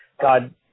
God